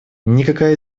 никакая